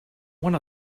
one